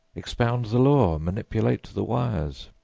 expound the law, manipulate the wires.